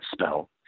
spell